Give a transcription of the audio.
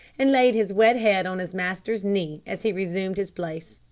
and laid his wet head on his master's knee as he resumed his place.